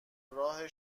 راه